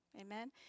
Amen